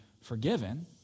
forgiven